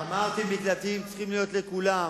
אמרתי שמקלטים צריכים להיות לכולם,